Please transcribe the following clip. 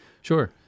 Sure